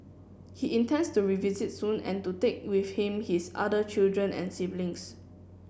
he intends to revisit soon and to take with him his other children and siblings